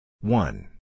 One